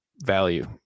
value